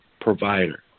provider